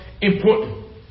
important